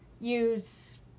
use